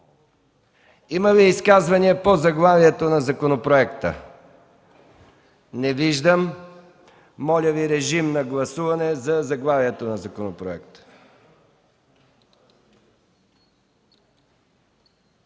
Има ли изказвания по заглавието на законопроекта? Не виждам. Моля режим на гласуване за заглавието на законопроекта.